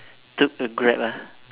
took the Grab ah